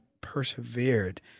persevered